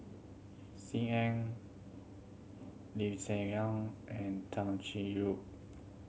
Sim Ann Lee Hsien Yang and Tay Chin Yoo